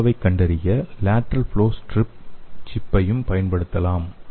மலேரியாவைக் கண்டறிய lateral flow strip சிப்பையும் பயன்படுத்தலாம்